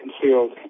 concealed